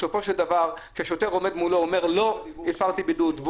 בסופו של דבר כשהשוטר עומד מולו הוא אומר: לא הפרתי בידוד.